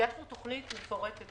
הגשנו תוכנית מפורטת,